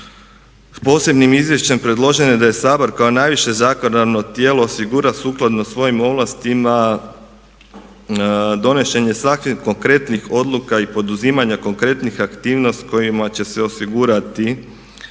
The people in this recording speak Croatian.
Posebnim izvješćem predloženo je da Sabor kao najviše zakonodavno tijelo osigura sukladno svojim ovlastima donošenje takvih konkretnih odluka i poduzimanja konkretnih aktivnosti kojima će se osigurati pod jedan